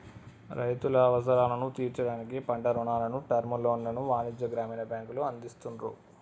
రైతుల అవసరాలను తీర్చడానికి పంట రుణాలను, టర్మ్ లోన్లను వాణిజ్య, గ్రామీణ బ్యాంకులు అందిస్తున్రు